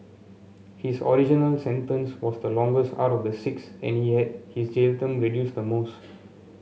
his original sentence was the longest out of the six and he had his jail term reduced the most